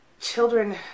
children